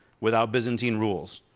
without byzantine rules.